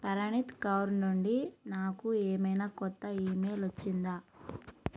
పరణీత్ కౌర్ నుండి నాకు ఏమైనా కొత్త ఈమెయిల్ వచ్చిందా